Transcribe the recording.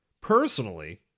Personally